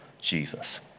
Jesus